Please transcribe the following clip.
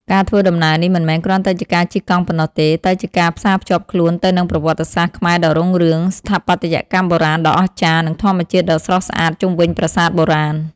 ការធ្វើដំណើរនេះមិនមែនគ្រាន់តែជាការជិះកង់ប៉ុណ្ណោះទេ តែជាការផ្សារភ្ជាប់ខ្លួនទៅនឹងប្រវត្តិសាស្ត្រខ្មែរដ៏រុងរឿង ស្ថាបត្យកម្មបុរាណដ៏អស្ចារ្យ និងធម្មជាតិដ៏ស្រស់ស្អាតជុំវិញប្រាសាទបុរាណ។